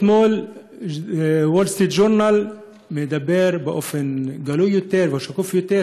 אתמול וול סטריט ג'ורנל אומר באופן גלוי יותר ושקוף יותר,